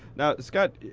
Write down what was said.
now, scott,